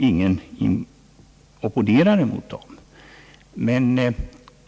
Ingen opponerar mot dem.